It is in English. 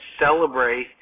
celebrate